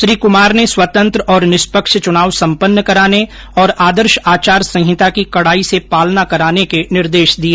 श्री कुमार ने स्वतंत्र और निष्पक्ष चुनाव सम्पन्न कराने और आदर्श आचार संहिता की कडाई से पालना कराने के निर्देश दिए